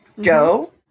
Joe